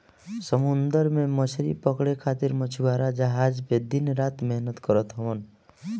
समुंदर में मछरी पकड़े खातिर मछुआरा जहाज पे दिन रात मेहनत करत हवन